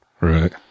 Right